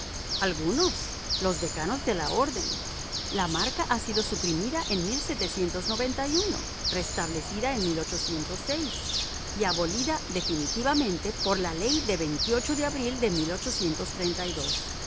los decanos de la orden la marca ha sido suprimida en restablecida en y abolida definitivamente por la ley de de abril de